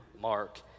Mark